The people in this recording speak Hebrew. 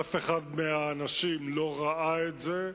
אף אחד מהאנשים לא ראה את זה,